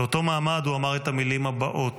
באותו מעמד הוא אמר את המילים הבאות: